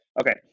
Okay